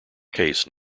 case